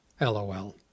LOL